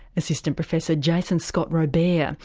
assistant professor jason scott robert. yeah